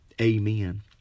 Amen